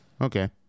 Okay